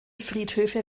friedhöfe